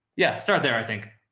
yeah, start there i think.